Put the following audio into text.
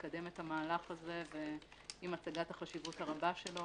לקדם את המהלך הזה עם הצגת החשיבות הרבה שלו,